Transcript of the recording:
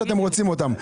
חוקים שאתם רוצים אותם.